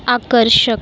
आकर्षक